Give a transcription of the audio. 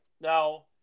Now